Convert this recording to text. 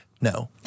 No